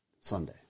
Sunday